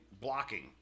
blocking